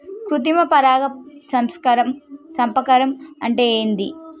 కృత్రిమ పరాగ సంపర్కం అంటే ఏంది?